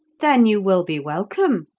then you will be welcome,